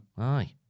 Aye